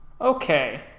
Okay